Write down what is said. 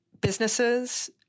businesses-